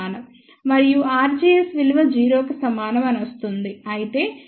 మరియు r gs విలువ 0 కి సమానం అని వస్తుంది